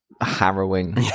harrowing